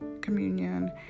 communion